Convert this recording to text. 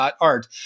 .art